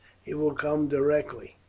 he will come directly.